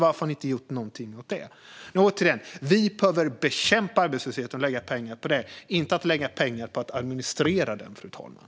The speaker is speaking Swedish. Varför har ni inte gjort någonting åt det? Återigen: Vi behöver bekämpa arbetslösheten och lägga pengar på det, inte lägga pengar på att administrera den, fru talman.